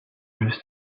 justice